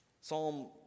Psalm